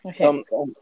Okay